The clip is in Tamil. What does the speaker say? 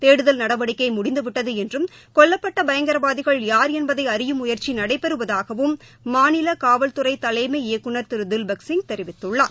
தேடுதல் நடவடிக்கைமுடிந்துவிட்டதுஎன்றும் கொல்லப்பட்டபயங்கரவாதிகள் யார் என்பதைஅறியும் முயற்சிநடைபெறுவதாகவும் மாநிலகாவல்துறைதலைமை இயக்குநர் திருதில்பக் சிங் தெரிவித்துள்ளார்